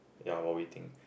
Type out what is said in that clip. ya while waiting